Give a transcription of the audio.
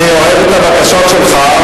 אני אוהב את הבקשות שלך,